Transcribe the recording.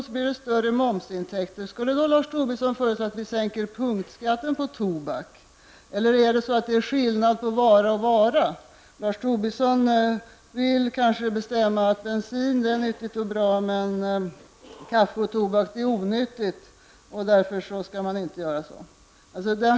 Skulle Lars Tobisson i ett sådant läge föreslå en sänkning av punktskatten på tobak? Eller är det skillnad på vara och vara? Lars Tobisson vill kanske bestämma att bensin är någonting bra medan kaffe och tobak är någonting onyttigt och att man därför inte skall sänka skatten.